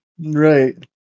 Right